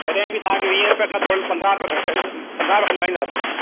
तॾहिं बि तव्हांखे वीहें रुपये खां थोरी पंदरहां रुपया घटि पंदरहां रुपया खनि लगाईंदासूंव